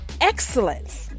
excellence